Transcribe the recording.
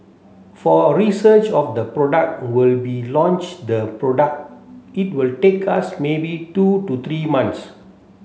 for a research of the product we'll be launch the product it will take us maybe two to three months